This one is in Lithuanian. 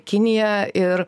kinija ir